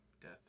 Death